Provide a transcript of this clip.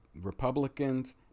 Republicans